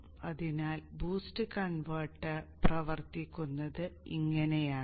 അതിനാൽ boost converter പ്രവർത്തിക്കുന്നത് ഇങ്ങനെയാണ്